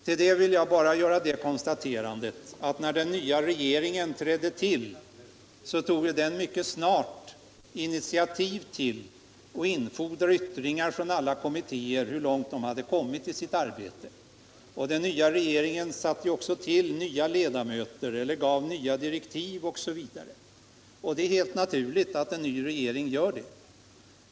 Till det vill jag bara lägga, att när den nya regeringen tillträdde infordrade den mycket snart från alla kommittéer besked om hur långt de hade kommit i sitt arbete. Den nya regeringen satte också in nya ledamöter eller gav nya direktiv osv. Det är ju helt naturligt att en ny regering gör det.